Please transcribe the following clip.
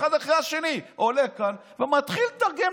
אחד אחרי השני עולים לכאן ומתחילים לתרגם